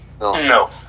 No